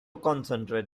concentrate